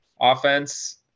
offense